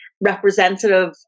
representative